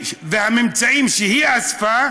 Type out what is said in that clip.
והממצאים שהיא אספה,